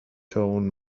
tone